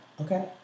okay